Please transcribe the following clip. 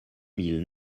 mille